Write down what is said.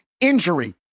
injury